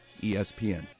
ESPN